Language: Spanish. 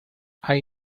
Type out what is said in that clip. hay